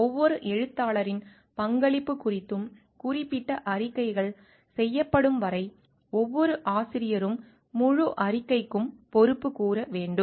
ஒவ்வொரு எழுத்தாளரின் பங்களிப்பு குறித்தும் குறிப்பிட்ட அறிக்கைகள் செய்யப்படும் வரை ஒவ்வொரு ஆசிரியரும் முழு அறிக்கைக்கும் பொறுப்புக்கூற வேண்டும்